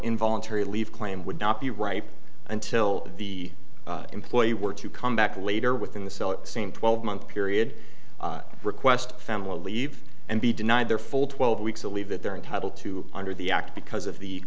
involuntary leave claim would not be ripe until the employee were to come back later within the cell same twelve month period request families eve and be denied their full twelve weeks of leave that they're entitled to under the act because of the